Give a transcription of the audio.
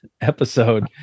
episode